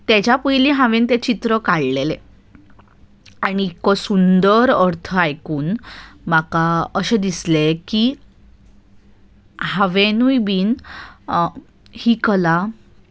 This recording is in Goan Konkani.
ताच्या पयलीं हांवें तें चित्र काडलेलें आनी इतको सुंदर अर्थ आयकून म्हाका अशें दिसलें की हांवेंनूय बीन ही कला